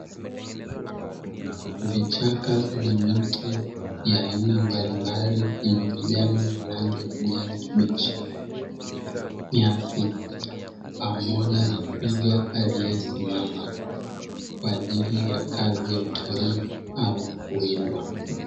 Vichaka na miti mbalimbali yenye majani ya rangi ya kijani kibichi, nyasi pamoja na twiga aliyesimama kwa ajili ya kazi ya utalii au kuwindwa.